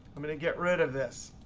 i'm going to get rid of this.